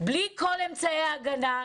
ובלי כל אמצעי הגנה?